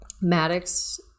maddox